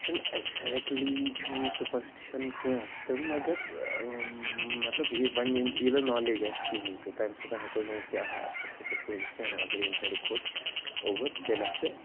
چھُنہٕ ایگزیٚکلی چھُ نہٕ یہِ سُپرسٹِشَن کینٛہہ تہٕ مگر مطلب وۄنۍ ییٚلہِ ییٚلہِ نالیج آسہِ کِہیٖنۍ تہٕ تَمہِ ساتَن ہیٚکو أسۍ ؤنِتھ کہِ أسۍ ہیٚکو سوٗنٛچِتھ کہِ اگر ییٚمہِ سایڈٕ کھوٚت اوٚبُر تیٚلہِ حظ چھِ